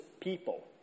people